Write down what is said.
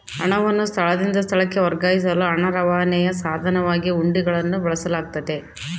ಹಣವನ್ನು ಸ್ಥಳದಿಂದ ಸ್ಥಳಕ್ಕೆ ವರ್ಗಾಯಿಸಲು ಹಣ ರವಾನೆಯ ಸಾಧನವಾಗಿ ಹುಂಡಿಗಳನ್ನು ಬಳಸಲಾಗ್ತತೆ